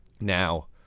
Now